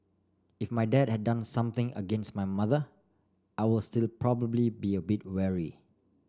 if my dad had done something against my mother I will still probably be a bit wary